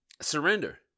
surrender